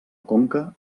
conca